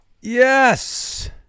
yes